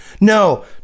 no